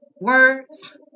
words